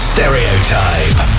Stereotype